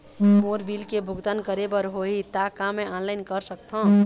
मोर bill के भुगतान करे बर होही ता का मैं ऑनलाइन कर सकथों?